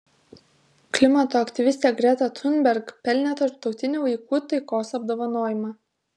klimato aktyvistė greta thunberg pelnė tarptautinį vaikų taikos apdovanojimą